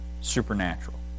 supernatural